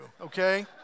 okay